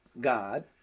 God